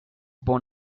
born